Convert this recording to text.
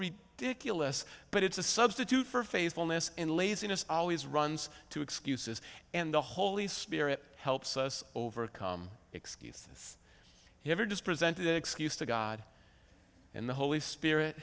kill us but it's a substitute for face wellness in laziness always runs to excuses and the holy spirit helps us overcome excuses he ever just presented excuse to god and the holy spirit